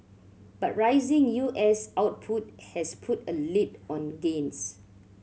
but rising U S output has put a lid on gains